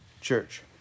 church